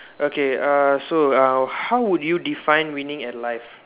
okay uh so uh how would you define winning at life